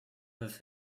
have